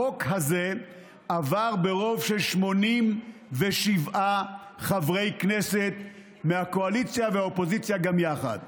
החוק הזה עבר ברוב של 87 חברי כנסת מהקואליציה והאופוזיציה גם יחד.